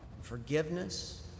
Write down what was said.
forgiveness